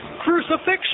crucifixion